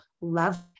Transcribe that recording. love